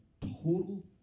total